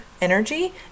energy